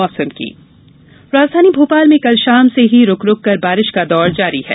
मौसम राजधानी भोपाल में कल शाम से ही रूकरूक कर बारिश का दौर जारी है